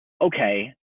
okay